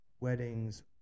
weddings